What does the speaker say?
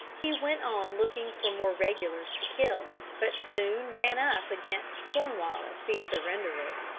he went on looking for more regulars to kill, but soon ran up against cornwallis the surrenderer.